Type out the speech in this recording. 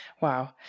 Wow